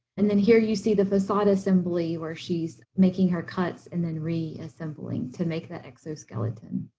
and then here, you see the facade assembly, where she's making her cuts and then reassembling to make the exoskeleton.